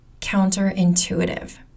counterintuitive